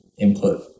input